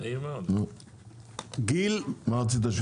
מה רצית?